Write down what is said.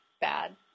bad